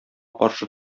каршы